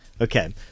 Okay